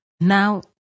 Now